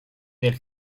del